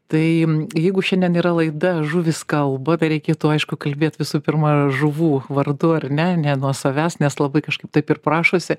tai jeigu šiandien yra laida žuvys kalba tai reikėtų aišku kalbėt visų pirma žuvų vardu ar ne ne nuo savęs nes labai kažkaip taip ir prašosi